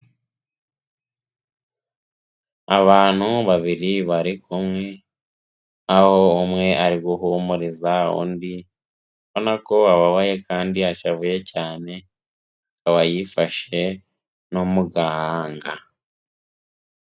Abantu babiri bari kumwe, aho umwe ari guhumuriza undi, ubona ko ababaye kandi ashavuye cyane, akaba yifashe no mu gahanga.